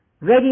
ready